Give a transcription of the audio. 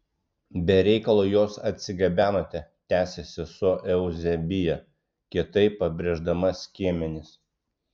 be reikalo juos atsigabenote tęsė sesuo euzebija kietai pabrėždama skiemenis